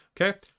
Okay